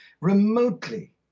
remotely